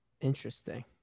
Interesting